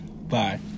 Bye